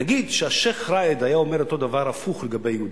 נגיד שהשיח' ראאד היה אומר אותו דבר הפוך לגבי היהודים,